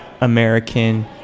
American